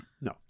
No